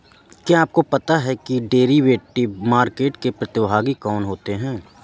क्या आपको पता है कि डेरिवेटिव मार्केट के प्रतिभागी कौन होते हैं?